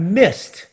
missed